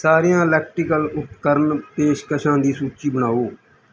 ਸਾਰੀਆਂ ਇਲੈਕਟ੍ਰੀਕਲ ਉਪਕਰਨ ਪੇਸ਼ਕਸ਼ਾਂ ਦੀ ਸੂਚੀ ਬਣਾਓ